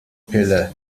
pille